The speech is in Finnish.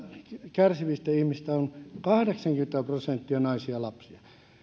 kärsivistä ihmisistä on kahdeksankymmentä prosenttia naisia ja lapsia eli on